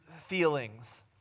feelings